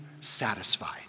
satisfied